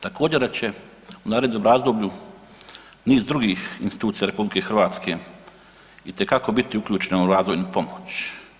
Također da će u narednom razdoblju niz drugih institucija RH itekako biti uključeno u razvojnu pomoć.